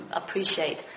appreciate